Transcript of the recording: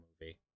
movie